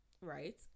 right